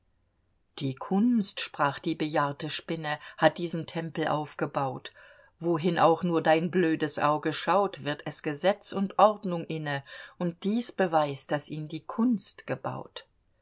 die kunst sprach die bejahrte spinne hat diesen tempel aufgebaut wohin auch nur dein blödes auge schaut wird es gesetz und ordnung inne und dies beweist daß ihn die kunst gebaut